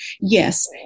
Yes